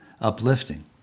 uplifting